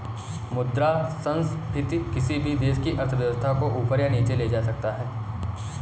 मुद्रा संस्फिति किसी भी देश की अर्थव्यवस्था को ऊपर या नीचे ले जा सकती है